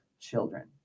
children